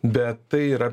bet tai yra